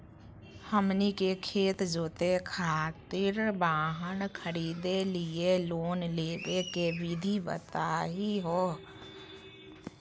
हमनी के खेत जोते खातीर वाहन खरीदे लिये लोन लेवे के विधि बताही हो?